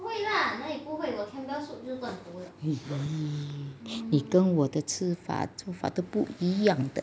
mm 你跟我的吃法吃法就不一样的